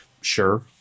sure